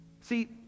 See